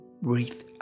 Breathe